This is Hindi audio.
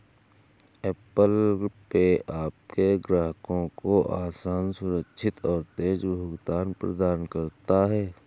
ऐप्पल पे आपके ग्राहकों को आसान, सुरक्षित और तेज़ भुगतान प्रदान करता है